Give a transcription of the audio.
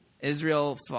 Israel